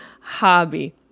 hobby